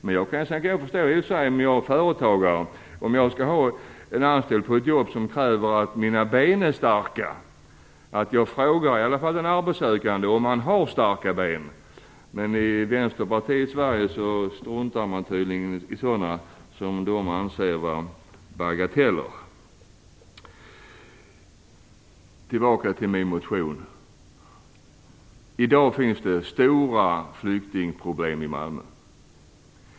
Men jag kan förstå att en företagare som vill anställa någon på ett jobb som kräver starka ben i alla fall frågar den arbetssökande om han har starka ben. Men i Vänsterpartiets Sverige struntar man tydligen i det som de anser vara bagateller. Tillbaka till min motion. I dag finns det stora flyktingproblem i Malmö.